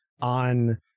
on